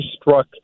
struck